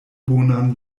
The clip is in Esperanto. bonan